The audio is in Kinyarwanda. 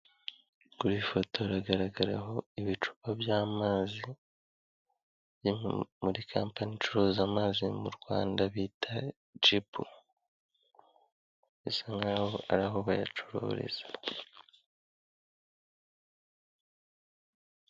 Ku i foto hagaragaraho ibicupa by'amazi muri kampani icuruza amazi mu Rwanda bita jibu bisa nkahoho ari aho bayacururiza.